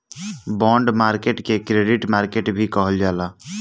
bond market के credit market भी कहल जाला